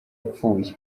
apfuye